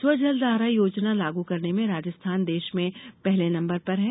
स्वजलधारा योजना लागू करने में राजस्थान देश में पहले नम्बर पर है